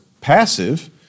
passive